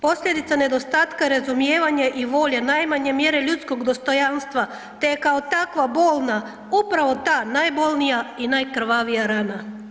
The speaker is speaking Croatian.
Posljedica nedostatka razumijevanja i volje najmanje mjere ljudskog dostojanstva te je kao takva, bolna, upravo ta najbolnija i najkrvavija rana.